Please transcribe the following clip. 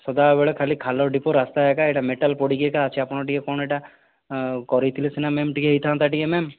ସଦାବେଳେ ଖାଲି ଖାଲ ଢିପ ରାସ୍ତା ମେଟାଲ୍ ପଡ଼ିକି ଅଛି ଆପଣ ଟିକେ କ'ଣ ଏହିଟା କରିଥିଲେ ସିନା ମ୍ୟାମ ହୋଇଥାନ୍ତା ଟିକେ ମ୍ୟାମ